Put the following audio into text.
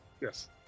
Yes